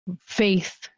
faith